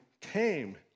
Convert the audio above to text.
came